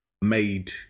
made